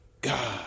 God